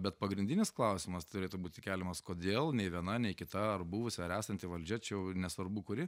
bet pagrindinis klausimas turėtų būti keliamas kodėl nei viena nei kita ar buvusi ar esanti valdžia čia jau ir nesvarbu kuri